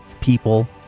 people